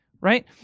Right